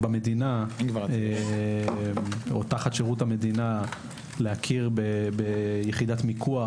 תחת שירות המדינה להכיר ביחידת מיקוח